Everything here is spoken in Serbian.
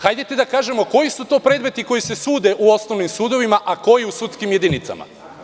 Hajde da kažemo koji su to predmeti koji se sude u osnovnim sudovima, a koji u sudskim jedinicama.